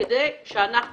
כדי שאנחנו